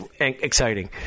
exciting